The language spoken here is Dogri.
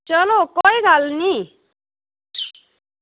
चलो कोई गल्ल निं